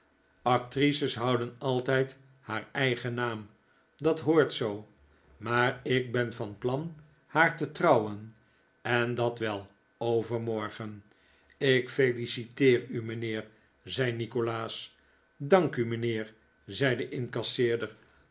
actrices houden altijd haar eigen naam dat hoort zoo maar ik ben van plan haar te trouwen en dat wel overmorgen ik feliciteer u mijnheer zei nikolaas dank u mijnheer zei de incasseerder